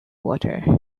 water